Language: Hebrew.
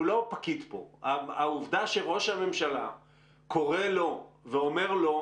הדבר השני שאתה אומר הוא שהבעיה כמו שאתה רואה אותה עכשיו,